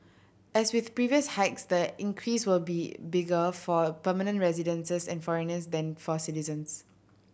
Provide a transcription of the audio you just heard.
as with previous hikes the increase will be bigger for permanent residents and foreigners than for citizens